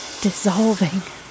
Dissolving